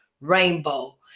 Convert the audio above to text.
Rainbow